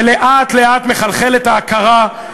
ולאט-לאט מחלחלת ההכרה,